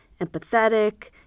empathetic